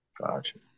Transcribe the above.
Gotcha